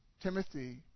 Timothy